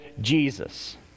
Jesus